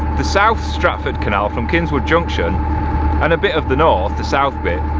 the south stratford canal from kingswood junction and a bit of the north, the south bit,